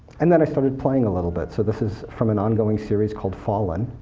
and then i started playing a little bit. so this is from an ongoing series called fallen,